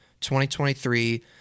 2023